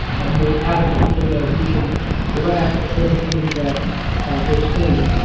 and more adamant, so that we can grasp everything that they're saying.